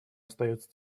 остается